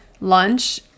lunch